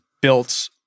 built